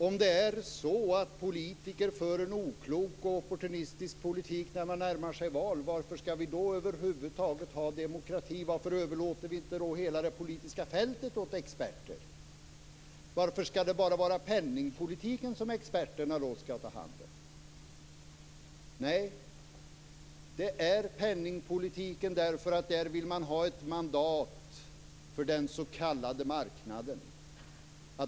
Om det är så att politiker för en oklok och opportunistisk politik när man närmar sig val, varför skall vi då över huvud taget ha demokrati? Varför överlåter vi då inte hela det politiska fältet åt experter? Varför skall det bara vara penningpolitiken som experterna då skall ta hand om? Nej, det är penningpolitiken, därför att där vill man ha ett mandat för den s.k. marknaden.